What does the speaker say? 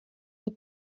del